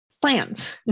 plans